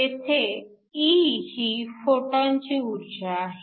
येथे E ही फोटॉनची ऊर्जा आहे